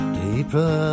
deeper